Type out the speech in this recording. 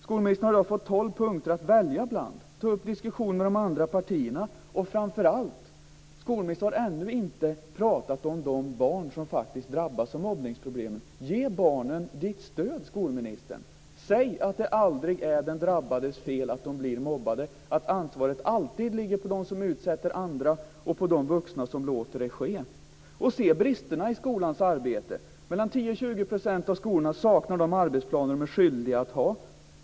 Skolministern har fått tolv punkter att välja bland. Ta upp diskussioner med de andra partierna. Och framför allt har skolministern ännu inte talat om de barn som faktiskt drabbas av mobbningsproblemen. Jag tycker att skolministern ska ge barnen sitt stöd och säga att det aldrig är de drabbades fel att de blir mobbade, att ansvaret alltid ligger på dem som utsätter andra för detta och på de vuxna som låter det ske. Och se bristerna i skolans arbete. 10-20 % av skolorna saknar de arbetsplaner som de är skyldiga att ha.